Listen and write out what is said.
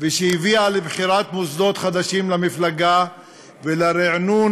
ושהביאה לבחירת מוסדות חדשים למפלגה ולרענון